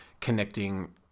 connecting